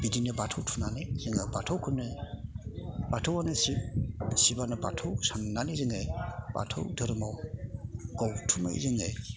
बिदिनो बाथौ थुनानै जोङो बाथौखौनो बाथौआनो सिब सिबआनो बाथौ साननानै जोङो बाथौ धोरोमआव गावथुमै जोङो